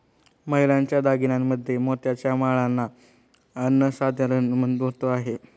महिलांच्या दागिन्यांमध्ये मोत्याच्या माळांना अनन्यसाधारण महत्त्व आहे